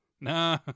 nah